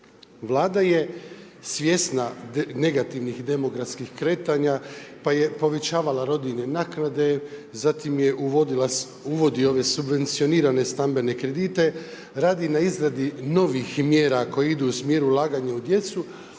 Vlada je svjesna negativnih demografskih kretanja pa je povećavala rodiljne naknade, zatim uvodi ove subvencionirane stambene kredite, radi na izmjeni novih mjera koje idu u smjeru ulaganja u djecu,